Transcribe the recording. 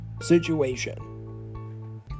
situation